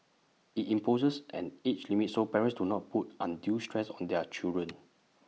IT imposes an age limit so parents do not put undue stress on their children